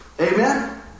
Amen